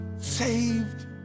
saved